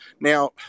Now